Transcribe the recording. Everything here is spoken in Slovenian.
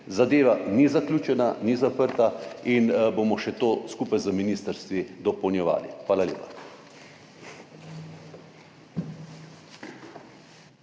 Zadeva ni zaključena, ni zaprta in bomo to še skupaj z ministrstvi dopolnjevali. Hvala lepa.